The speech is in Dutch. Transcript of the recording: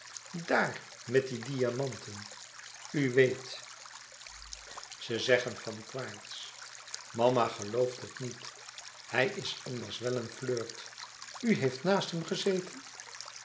daar met die diamanten u weet ze zeggen van quaerts mama gelooft het niet hij is anders wel een flirt u heeft naast hem gezeten